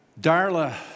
Darla